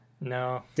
no